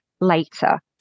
later